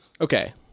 Okay